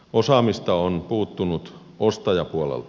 osaamista on puuttunut ostajapuolelta